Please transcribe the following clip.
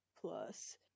plus